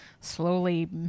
slowly